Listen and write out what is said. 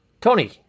Tony